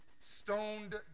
stoned